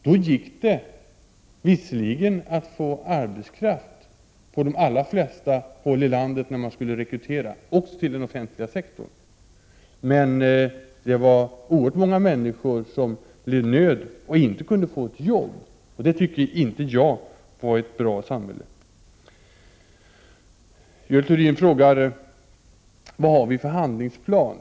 Då gick det visserligen att få arbetskraft på de allra flesta håll i landet när man skulle rekrytera — också till den offentliga sektorn. Men det var oerhört många människor som led nöd och inte kunde få ett jobb, och det tycker inte 8 november 1988 jag var tecken på ett bra samhälle. Görel Thurdin frågar vad vi har för handlingsplan.